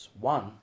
one